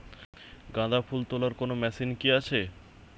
গাঁদাফুল তোলার কোন মেশিন কি আছে?